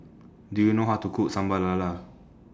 Do YOU know How to Cook Sambal Lala